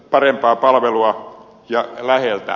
parempaa palvelua ja läheltä